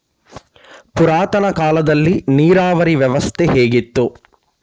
ಪುರಾತನ ಕಾಲದಲ್ಲಿ ನೀರಾವರಿ ವ್ಯವಸ್ಥೆ ಹೇಗಿತ್ತು?